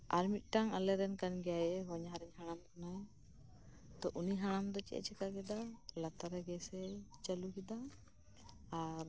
ᱟᱨ ᱢᱤᱫᱴᱟᱝ ᱟᱞᱮ ᱨᱮᱱ ᱠᱟᱱ ᱜᱮᱭᱟᱭ ᱦᱚᱧᱦᱟᱨᱤᱧ ᱦᱟᱲᱟᱢᱦᱚᱸ ᱩᱱᱤ ᱦᱟᱲᱟᱢ ᱫᱚ ᱪᱮᱫ ᱮ ᱪᱤᱠᱟᱹ ᱠᱮᱫᱟ ᱞᱟᱛᱟᱨᱨᱮ ᱜᱮᱥ ᱮ ᱪᱟᱹᱞᱩ ᱠᱮᱫᱟ ᱟᱨ